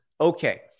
okay